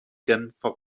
genfer